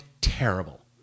terrible